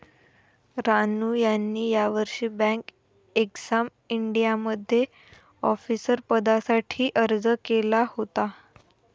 रानू यांनी यावर्षी bank exam इंडियामध्ये ऑफिसर पदासाठी अर्ज केला होता